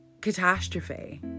catastrophe